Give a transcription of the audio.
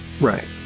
Right